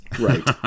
Right